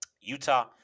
utah